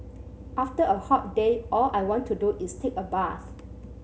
after a hot day all I want to do is take a bath